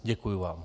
Děkuji vám.